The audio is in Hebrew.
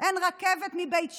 אין רכבת מבית שאן,